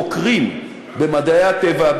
חוקרים במדעי הטבע,